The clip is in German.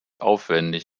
aufwendig